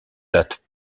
date